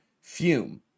Fume